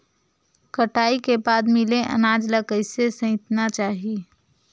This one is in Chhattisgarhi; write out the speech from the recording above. कटाई के बाद मिले अनाज ला कइसे संइतना चाही?